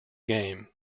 game